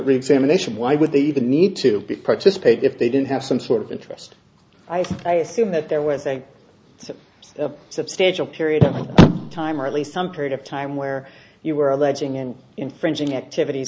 examination why would they the need to participate if they didn't have some sort of interest i assume that there was a substantial period of time or at least some period of time where you were alleging and infringing activities